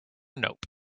nope